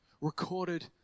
recorded